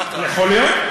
יכול להיות.